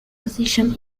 position